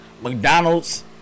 McDonald's